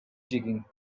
digging